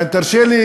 תרשה לי,